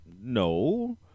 No